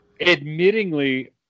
admittingly